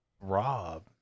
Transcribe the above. Rob